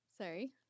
sorry